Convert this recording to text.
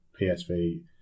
PSV